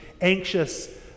anxious